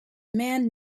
man